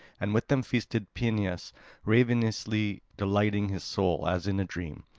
and with them feasted phineus ravenously, delighting his soul, as in a dream.